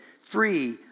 free